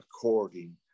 according